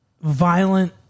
Violent